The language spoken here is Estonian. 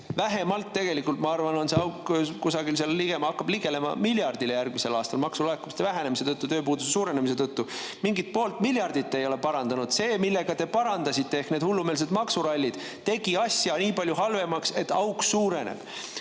vähemalt! Tegelikult, ma arvan, hakkab see auk liginema kusagil miljardile järgmisel aastal maksulaekumiste vähenemise tõttu, tööpuuduse suurenemise tõttu. Mingit poolt miljardit ei ole parandanud! See, millega te nagu parandasite, ehk need hullumeelsed maksurallid tegid asja nii palju halvemaks, et auk suureneb. Mul